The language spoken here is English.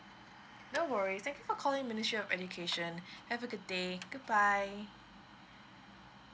no worries thank you for calling ministry of education have a good day goodbye